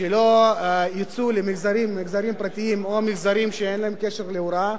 שלא יצאו למגזרים פרטיים או למגזרים שאין להם קשר להוראה,